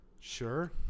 Sure